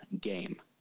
game